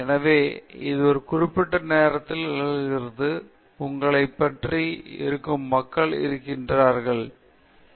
எனவே இது ஒரு குறிப்பிட்ட நேரத்தில் நிகழ்கிறது உங்களைச் சுற்றி இருக்கும் மக்கள் இருக்கிறார்கள் நீங்கள் இருக்கின்றீர்கள் பின்னர் நீங்கள் விளக்கக்காட்சியை உருவாக்குகிறீர்கள்